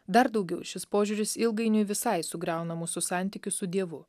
dar daugiau šis požiūris ilgainiui visai sugriauna mūsų santykius su dievu